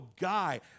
guy